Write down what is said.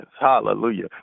hallelujah